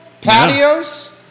Patios